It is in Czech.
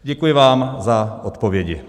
Děkuji vám za odpovědi.